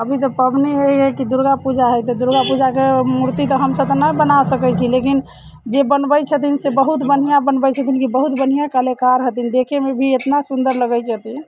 अभी जे पाबनि हइ कि दुर्गा पूजा हइ दुर्गा पूजाके मूर्ति तऽ हम सभ नहि बना सकैत छी लेकिन जे बनबै छथिन से बहुत बढ़िआँ बनबैत छथिन बहुत बढ़िआँ कलाकार हथिन देखैमे भी इतना सुन्दर लगैत छथिन